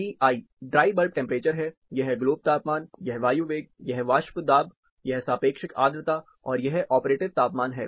T I dry bulb temperature है यह globe तापमान यह वायु वेग यह वाष्प दाब यह सापेक्षिक आर्द्रता और यह ऑपरेटिव तापमान है